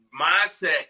mindset